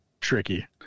tricky